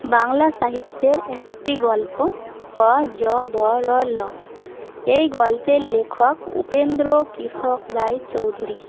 বাংলা সাহিত্যের একটি গল্প হ য ব র ল এই গল্পের লেখক উপেন্দ্রকিশোর রায়চৌধুরী